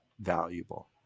valuable